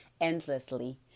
endlessly